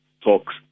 talks